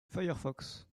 firefox